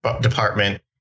department